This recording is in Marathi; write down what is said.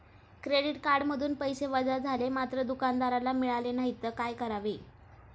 क्रेडिट कार्डमधून पैसे वजा झाले मात्र दुकानदाराला मिळाले नाहीत तर काय करावे?